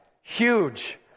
huge